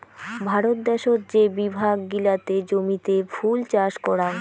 ভারত দ্যাশোত যে বিভাগ গিলাতে জমিতে ফুল চাষ করাং